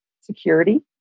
security